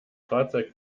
fahrzeug